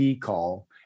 call